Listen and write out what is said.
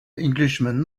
englishman